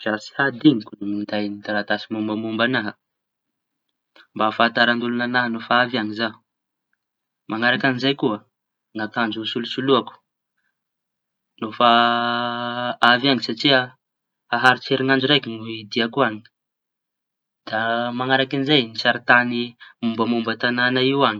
Dra tsy adiñoko minday taratasy momba momba añahy no ahafantaran'oloña no fa tonga añy zañy zaho. Mañaraka an'izay koa, ny akanzo hisoloako no fa avy añy satria haharitsy herinandro raiky ny diako añy. Da mañaraky ndraiky sarin-tañy mombamomba tañana io añy.